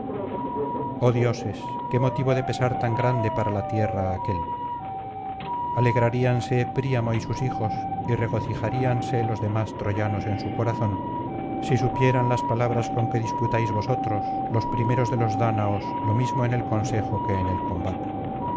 dioses qué motivo de pesar tan grande para la tierra aquel alegraríanse príamo y sus hijos y regocijarían se los demás troyanos en su corazón si supieran las palabras con que disputáis vosotros los primeros de los dáñaos lo mismo en el consejo que en el combate